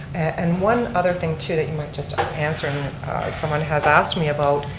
and one other thing too that you might just um answer, and someone has asked me about,